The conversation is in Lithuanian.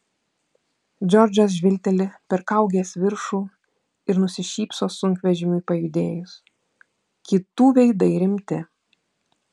džordžas žvilgteli per kaugės viršų ir nusišypso sunkvežimiui pajudėjus kitų veidai rimti